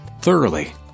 thoroughly